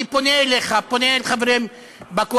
אני פונה אליך, פונה אל החברים בקואליציה,